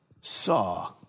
Saw